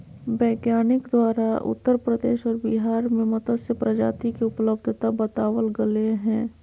वैज्ञानिक द्वारा उत्तर प्रदेश व बिहार में मत्स्य प्रजाति के उपलब्धता बताबल गले हें